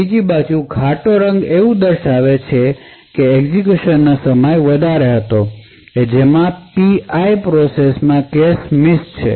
બીજી બાજુ ઘાટું રંગ જેમ કે અહીં આ સૂચવે છે કે એક્ઝેક્યુશનનો સમય વધારે હતો જેમાં P i પ્રોસેસ માં કેશ મિસ છે